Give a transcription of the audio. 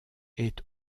est